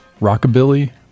rockabilly